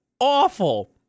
awful